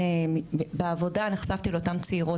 בעבודה נחשפתי לאותן צעירות,